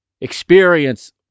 Experience